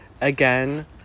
Again